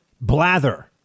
Blather